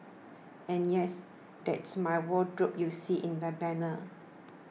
and yes that's my wardrobe you see in the banner